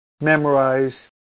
memorize